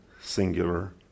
singular